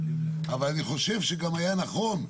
אבל אני חושב שהיה נכון,